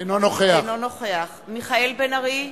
אינו נוכח מיכאל בן-ארי,